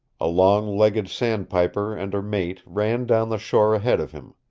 a long-legged sandpiper and her mate ran down the shore ahead of him.